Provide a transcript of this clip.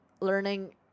learning